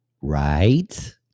right